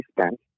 spent